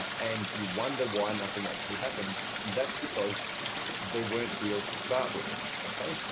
and you wonder why nothing actually happens. that's because they weren't deals to start with. okay?